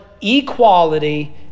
equality